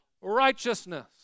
righteousness